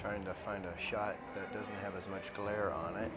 trying to find a shop that doesn't have as much glare on it